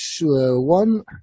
one